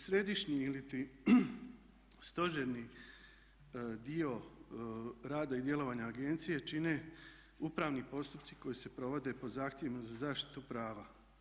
Središnji iliti stožerni dio rada i djelovanja agencije čine upravni postupci koji se provode po zahtjevima za zaštitu prava.